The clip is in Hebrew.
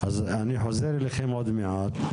אז אני חוזר אליכם עוד מעט,